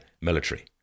military